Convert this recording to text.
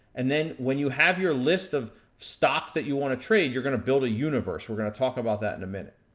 and then, when you have your list of stocks that you wanna trade, you're gonna wanna build a universe. we're gonna talk about that in a minute.